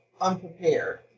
unprepared